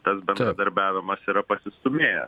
tas bendradarbiavimas yra pasistūmėjęs